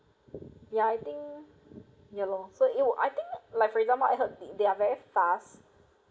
ya I think ya lor so you I think like for example I heard they are very fast